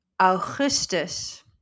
Augustus